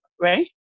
Right